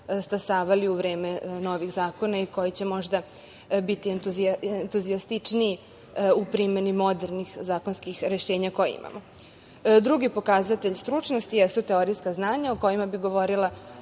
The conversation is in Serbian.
stasavali u vreme novih zakona i koji će možda biti entuzijastičniji u primeni modernih zakonskih rešenja koja imamo. Drugi pokazatelj stručnosti jesu teorijska znanja o kojima bih govorila